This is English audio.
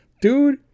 dude